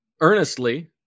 earnestly